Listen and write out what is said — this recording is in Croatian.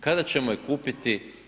Kada ćemo je kupiti?